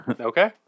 Okay